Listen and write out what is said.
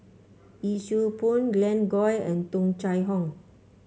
Yee Siew Pun Glen Goei and Tung Chye Hong